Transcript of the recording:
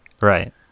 Right